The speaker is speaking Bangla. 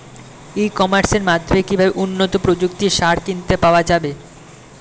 ই কমার্সের মাধ্যমে কিভাবে উন্নত প্রযুক্তির সার কিনতে পাওয়া যাবে?